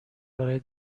برای